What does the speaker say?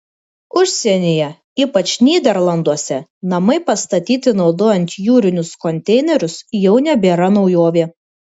užsienyje ypač nyderlanduose namai pastatyti naudojant jūrinius konteinerius jau nebėra naujovė